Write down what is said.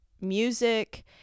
music